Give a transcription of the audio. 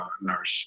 nurse